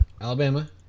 Alabama